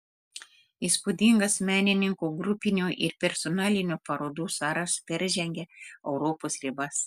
įspūdingas menininko grupinių ir personalinių parodų sąrašas peržengia europos ribas